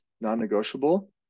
non-negotiable